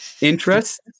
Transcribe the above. Interest